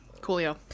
Coolio